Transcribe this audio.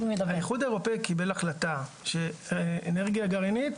האיחוד האירופאי קיבל החלטה שאנרגיה גרעינית